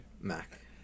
Mac